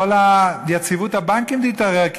כל יציבות הבנקים תתערער,